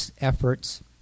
efforts